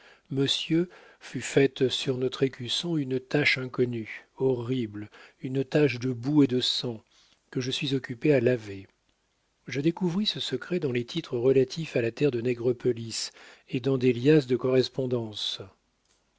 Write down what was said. monsieur fut faite sur notre écusson une tache inconnue horrible une tache de boue et de sang que je suis occupé à laver je découvris ce secret dans les titres relatifs à la terre de nègrepelisse et dans des liasses de correspondances